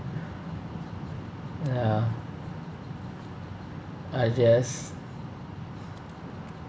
ya I guess